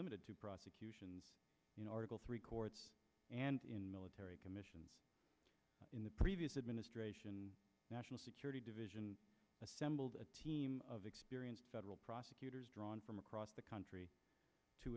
limited to prosecutions in article three courts and in military commissions in the previous administration national security division assembled a team of experienced federal prosecutors drawn from across the country to